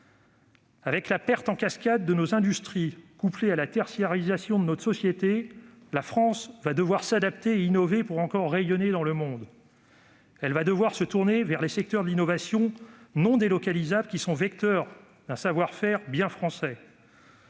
Avec la perte en cascade de nos industries, couplée à la tertiarisation de notre société, la France va devoir s'adapter et innover pour rayonner encore dans le monde. En particulier, nous devons nous tourner vers les secteurs d'innovation non délocalisables, qui sont vecteurs d'un savoir-faire bien français.